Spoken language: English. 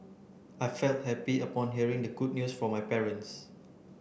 I felt happy upon hearing the good news from my parents